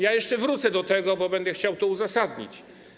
Jeszcze wrócę do tego, bo będę chciał to uzasadnić.